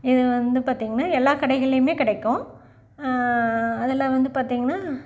இது வந்து பார்த்தீங்கன்னா எல்லா கடைகள்லேயுமே கிடைக்கும் அதில் வந்து பார்த்தீங்கன்னா